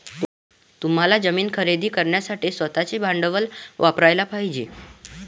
तुम्हाला जमीन खरेदी करण्यासाठी स्वतःचे भांडवल वापरयाला पाहिजे